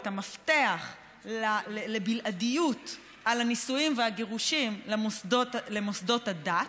את המפתח לבלעדיות על הנישואים והגירושים למוסדות הדת,